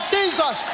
Jesus